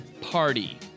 Party